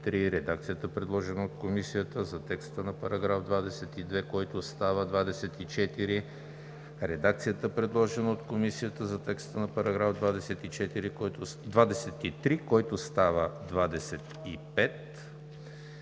редакцията, предложена от Комисията за текста на § 22, който става 24; редакцията, предложена от Комисията за текста на § 23, който става 25,